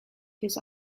his